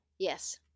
Yes